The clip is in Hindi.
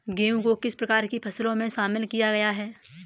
गेहूँ को किस प्रकार की फसलों में शामिल किया गया है?